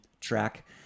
track